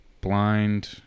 blind